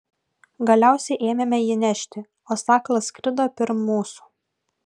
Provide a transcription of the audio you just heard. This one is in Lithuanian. galiausiai ėmėme jį nešti o sakalas skrido pirm mūsų